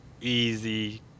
easy